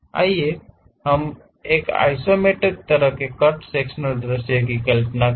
आइए हम एक आइसोमेट्रिक तरीके से कट सेक्शनल दृश्य की कल्पना करें